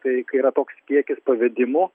tai kai yra toks kiekis pavedimų